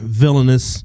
villainous